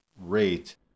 rate